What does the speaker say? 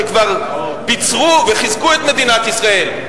שכבר ביצרו וחיזקו את מדינת ישראל,